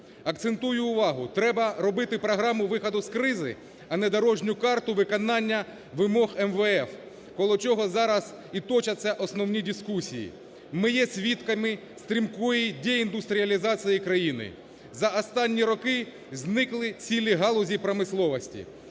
Акцентую увагу: треба робити програму виходу з кризи, а не дорожню карту" виконання вимог МВФ, коло чого зараз і точаться основні дискусії. Ми є свідками стрімкої деіндустріалізації країни. За останні роки зникли цілі галузі промисловості.